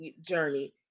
journey